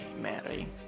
Mary